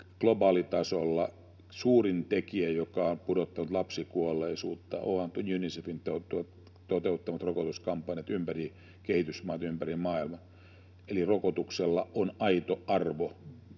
Globaalitasolla suurin tekijä, joka on pudottanut lapsikuolleisuutta, ovat Unicefin toteuttamat rokotuskampanjat kehitysmaissa ympäri maailmaa. Eli rokotuksella on aito arvo